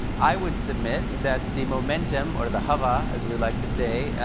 i would submit that the momentum, or the huwa, as we like to say,